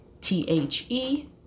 T-H-E